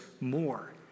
more